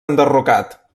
enderrocat